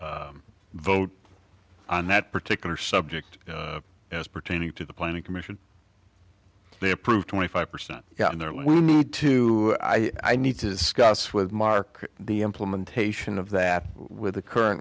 the vote on that particular subject as pertaining to the planning commission they approved twenty five percent got in there too i need to discuss with mark the implementation of that with the current